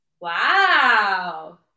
Wow